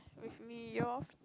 with me your